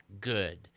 good